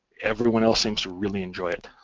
everyone else seems to really enjoy it.